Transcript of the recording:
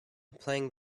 playing